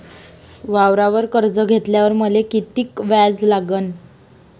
वावरावर कर्ज घेतल्यावर मले कितीक व्याज लागन?